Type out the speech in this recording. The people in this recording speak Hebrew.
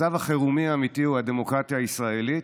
מצב החירום האמיתי הוא הדמוקרטיה הישראלית,